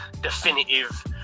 definitive